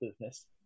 business